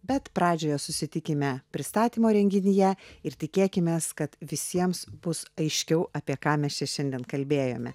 bet pradžioje susitikime pristatymo renginyje ir tikėkimės kad visiems bus aiškiau apie ką mes šiandien kalbėjome